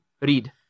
read